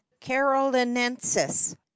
CAROLINENSIS